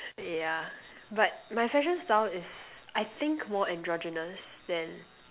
yeah but my fashion style is I think more endogenous than